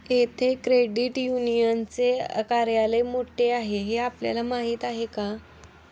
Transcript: येथे क्रेडिट युनियनचे कार्यालय कोठे आहे हे आपल्याला माहित आहे का?